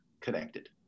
connected